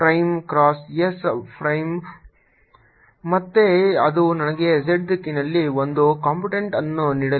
phi prime cross s prime ಮತ್ತೆ ಅದು ನನಗೆ z ದಿಕ್ಕಿನಲ್ಲಿ ಒಂದು ಕಂಪೋನೆಂಟ್ಅನ್ನು ನೀಡಲಿದೆ